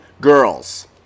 girls